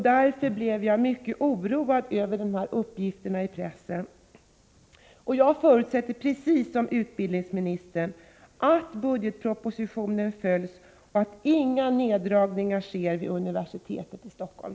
Därför blev jag mycket oroad över uppgifterna i pressen. Jag förutsätter, precis som utbildningsministern, att budgetpropositionen följs och att inga neddragningar sker vid universitetet i Stockholm.